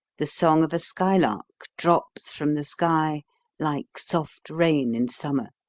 the song of a skylark drops from the sky like soft rain in summer